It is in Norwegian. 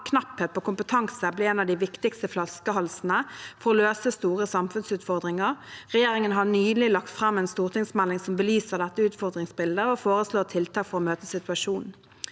kan knapphet på kompetanse bli en av de viktigste flaskehalsene for å løse store samfunnsutfordringer. Regjeringen har nylig lagt fram en stortingsmelding som belyser dette utfordringsbildet og foreslår tiltak for å møte situasjonen.